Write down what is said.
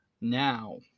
now